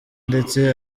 ndetse